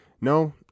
No